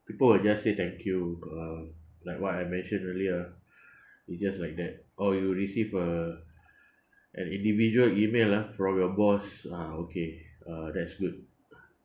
people will just say thank you uh like what I mentioned earlier it just like that or you receive a an individual email ah from your boss ah okay uh that's good